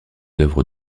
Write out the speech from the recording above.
œuvres